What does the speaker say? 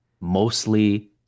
mostly